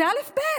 זה אלף-בית.